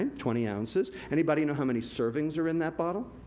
and twenty ounces. anybody know how many servings are in that bottle?